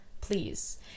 Please